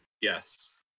Yes